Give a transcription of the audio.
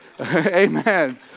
amen